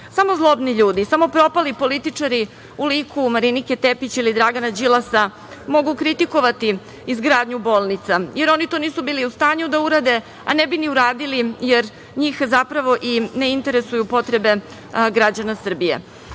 Samo zlobni ljudi, samo propali političari u liku Marinike Tepić ili Dragana Đilasa mogu kritikovati izgradnju bolnica, jer oni to nisu bili u stanju da urade, a ne bi ni uradili, jer njih zapravo ne interesuju potrebe građana Srbije. Da